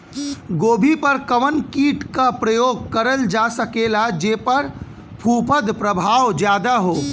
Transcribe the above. गोभी पर कवन कीट क प्रयोग करल जा सकेला जेपर फूंफद प्रभाव ज्यादा हो?